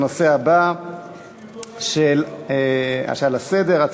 לנושא הבא שעל סדר-היום,